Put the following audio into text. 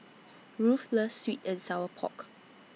Ruthe loves Sweet and Sour Pork